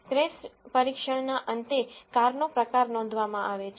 crash પરીક્ષણના અંતે કારનો પ્રકાર નોંધવામાં આવે છે